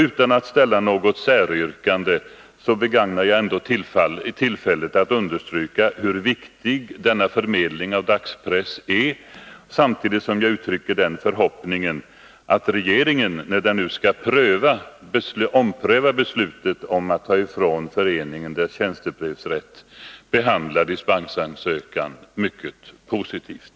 Utan att ställa något säryrkande begagnar jag ändå tillfället att understryka hur viktig denna förmedling av dagspress är, samtidigt som jag uttrycker förhoppningen att regeringen, när den nu skall ompröva beslutet att ta ifrån föreningen dess tjänstebrevsrätt, behandlar dispensansökan mycket positivt.